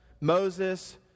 Moses